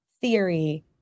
theory